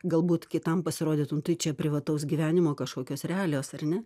galbūt kitam pasirodytum tai čia privataus gyvenimo kažkokios realios ar ne